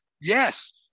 yes